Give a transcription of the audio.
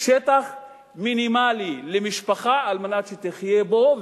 שטח מינימלי למשפחה על מנת שתחיה בו.